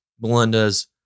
Melinda's